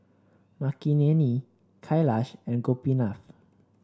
Makineni Kailash and Gopinath